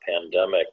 pandemic